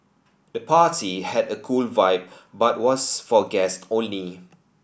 the party had a cool vibe but was for guest only